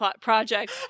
project